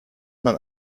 man